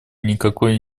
никакой